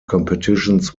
competitions